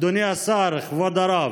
אדוני השר, כבוד הרב,